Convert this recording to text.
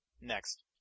next